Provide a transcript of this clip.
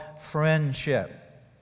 friendship